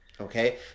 Okay